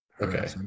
Okay